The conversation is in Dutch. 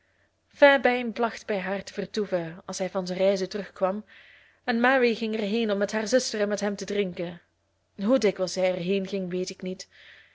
fairbaim placht bij haar te vertoeven als hij van zijn reizen terugkwam en mary ging er heen om met haar zuster en hem te drinken hoe dikwijls zij er heen ging weet ik niet